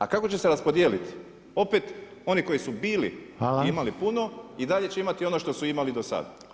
A kako će se raspodijeliti, opet oni koji su bili i imali puno i dalje će imati ono što su imali do sada.